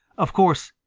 of course,